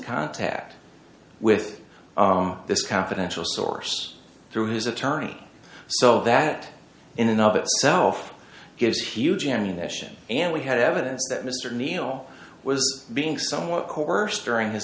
contact with this confidential source through his attorney so that in another self gives huge ammunition and we had evidence that mr neil was being somewhat coerced during his